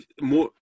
more